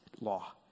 law